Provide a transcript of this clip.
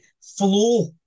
flow